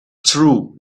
true